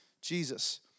Jesus